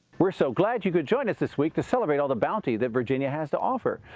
we're so glad you could join us this week to celebrate all the bounty that virginia has to offer.